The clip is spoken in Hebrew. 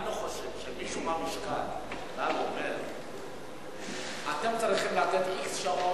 אני לא חושב שמישהו במשכן בא ואומר: אתם צריכים לתת x שעות,